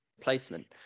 placement